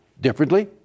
differently